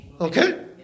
Okay